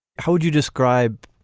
how would you describe